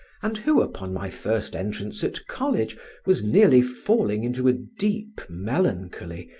and who upon my first entrance at college was nearly falling into a deep melancholy,